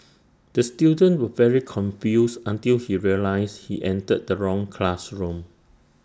the student was very confused until he realised he entered the wrong classroom